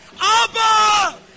Abba